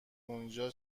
اونجا